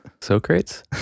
Socrates